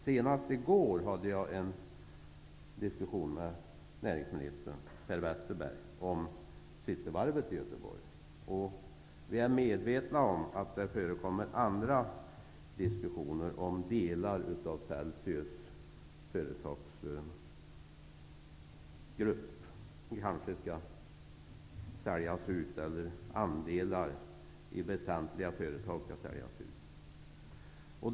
Senast i går hade jag här i kammaren en diskussion med näringsminister Per Westerberg om Cityvarvet i Göteborg. Vi är medvetna om att det förekommer andra diskussioner om delar av Celcius företagsgrupp. Dessa eller andelar i andra väsentliga företag kanske skall säljas ut.